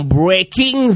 breaking